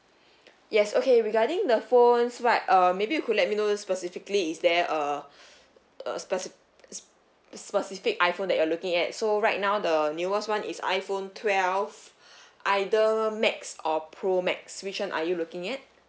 yes okay regarding the phones right err maybe you could let me know specifically is there a a speci~ specific iPhone that you're looking at so right now the newest one is iPhone twelve either max or pro max which one are you looking at